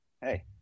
Hey